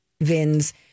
Vin's